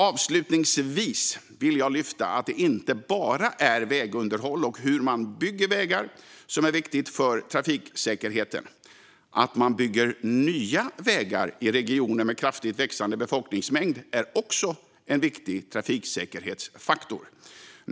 Avslutningsvis vill jag lyfta fram att det inte bara är vägunderhåll och hur man bygger vägar som är viktigt för trafiksäkerheten. Att man bygger nya vägar i regioner med kraftigt växande befolkningsmängd är också en viktig trafiksäkerhetsfaktor.